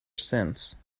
since